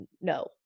no